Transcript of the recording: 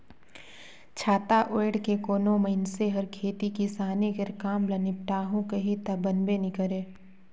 छाता ओएढ़ के कोनो मइनसे हर खेती किसानी कर काम ल निपटाहू कही ता बनबे नी करे